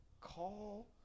call